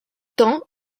temps